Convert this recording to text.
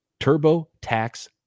TurboTax